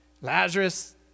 Lazarus